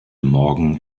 morgen